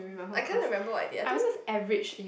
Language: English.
I can't remember what I did I think